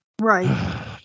right